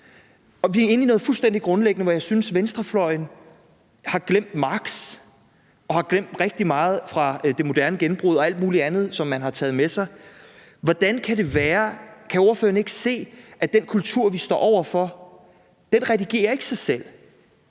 Vi er inde i noget fuldstændig grundlæggende, hvor jeg synes, venstrefløjen har glemt Marx og har glemt meget fra det moderne gennembrud og alt muligt andet, som man har taget med sig. Kan ordføreren ikke se, at den kultur, vi står over for, ikke redigerer sig selv?